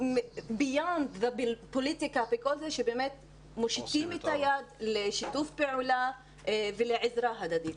מעבר לפוליטיקה שמושיטים את היד לשיתוף פעולה ולעזרה הדדית.